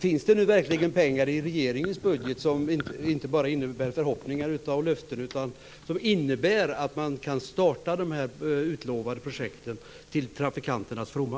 Finns det nu verkligen pengar i regeringens budget som inte bara innebär förhoppningar och löften utan som också innebär att man kan starta de utlovade projekten, till trafikanternas fromma?